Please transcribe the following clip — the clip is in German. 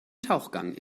tauchgang